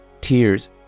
tears